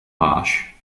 harsh